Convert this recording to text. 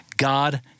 God